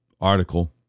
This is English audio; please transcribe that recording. article